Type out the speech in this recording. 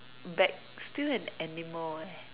bag still an animal eh